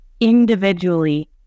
Individually